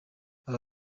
aba